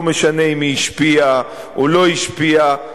לא משנה אם היא השפיעה או לא השפיעה.